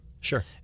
Sure